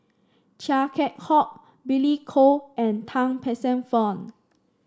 Chia Keng Hock Billy Koh and Tan Paey Fern